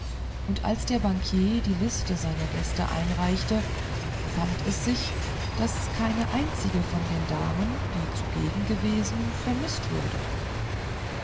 und als der bankier die liste seiner gäste einreichte fand es sich daß keine einzige von den damen die zugegen gewesen vermißt wurde